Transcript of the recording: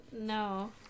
No